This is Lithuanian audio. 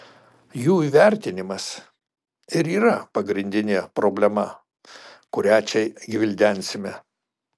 jų įvertinimas ir yra pagrindinė problema kurią čia gvildensime